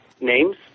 names